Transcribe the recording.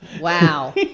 Wow